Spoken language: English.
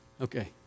Okay